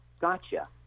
Gotcha